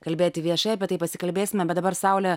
kalbėti viešai apie tai pasikalbėsime bet dabar saule